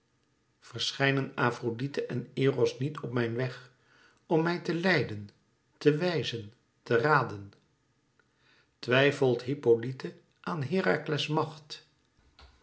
verschijnen afrodite en eros niet op mijn weg om mij te leiden te wijzen te raden twijfelt hippolyte aan herakles macht